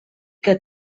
que